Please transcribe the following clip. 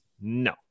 No